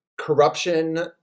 corruption